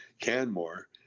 Canmore